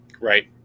Right